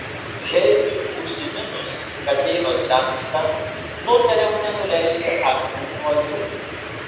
heilui užsiminus kad tėvas sensta nutariau nenuleisti akių nuo jo